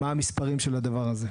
מה המספרים של הדבר הזה.